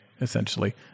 essentially